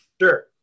Sure